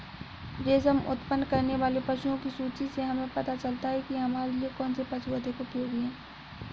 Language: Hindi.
रेशम उत्पन्न करने वाले पशुओं की सूची से हमें पता चलता है कि हमारे लिए कौन से पशु अधिक उपयोगी हैं